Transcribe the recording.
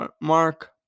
mark